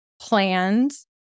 plans